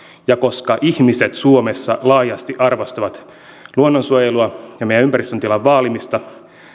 ja koska ihmiset suomessa laajasti arvostavat luonnonsuojelua ja meidän ympäristön tilan vaalimista